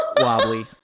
Wobbly